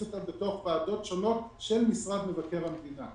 אותם לתוך ועדות שונות של משרד מבקר המדינה.